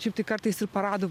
šiaip tai kartais ir paradų